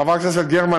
חברת הכנסת גרמן,